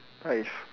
nice